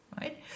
right